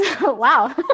wow